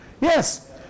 Yes